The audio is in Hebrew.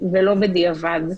ולא בדיעבד.